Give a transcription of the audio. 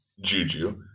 Juju